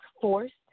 forced